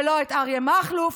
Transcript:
ולא את אריה מכלוף,